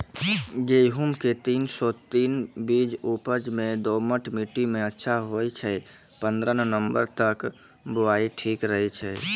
गेहूँम के तीन सौ तीन बीज उपज मे दोमट मिट्टी मे अच्छा होय छै, पन्द्रह नवंबर तक बुआई ठीक रहै छै